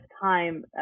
time